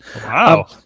Wow